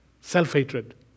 Self-hatred